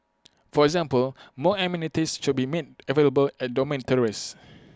for example more amenities should be made available at dormitories